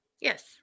Yes